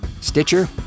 Stitcher